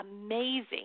amazing